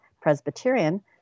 Presbyterian